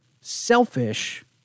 selfish